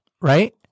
right